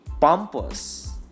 pompous